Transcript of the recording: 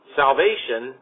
salvation